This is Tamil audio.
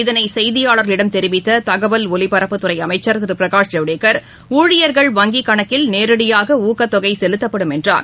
இதனைசெய்தியாளர்களிடம் தெரிவித்ததகவல் ஒலிபரப்புத் துறைஅமைச்சர் திருபிரகாஷ் ஜவ்டேகர் ஊழியர்கள் வங்கிக் கணக்கில் நேரடியாகஊக்கத் தொகைசெலுத்தப்படும் என்றார்